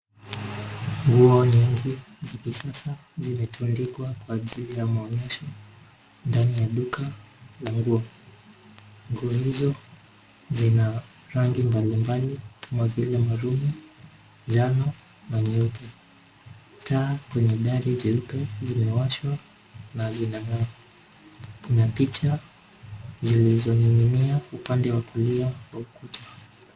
Nguo nyingi, za kisasa, zimetundikwa kwa ajili ya maonyesho, ndani ya duka, la nguo, nguo hizo, zina, rangi mbali mbali, kama vile maruni, njano, na nyeupe, taa, kwenye dari jeupe zimewashwa, na zinang'aa, kuna picha, zilizoning'inia, upande wa kulia wa ukuta.